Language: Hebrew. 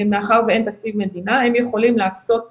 מאחר שאין תקציב מדינה הם יכולים להקצות תקנים,